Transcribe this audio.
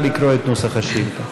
נא לקרוא את נוסח השאילתה.